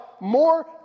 more